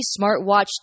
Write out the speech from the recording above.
SmartWatch